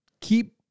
keep